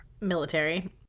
Military